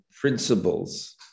principles